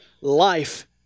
life